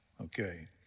okay